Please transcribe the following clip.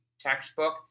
textbook